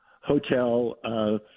hotel